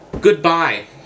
goodbye